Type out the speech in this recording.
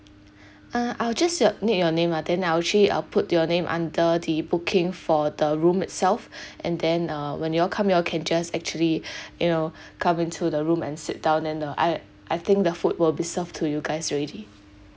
uh I'll just your need your name lah then I'll actually uh put your name under the booking for the room itself and then uh when you all come you all can just actually you know come into the room and sit down then the I had I think the food will be served to you guys already